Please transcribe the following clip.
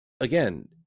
again